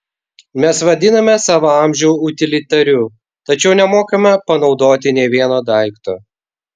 mes vadiname savo amžių utilitariu tačiau nemokame panaudoti nė vieno daikto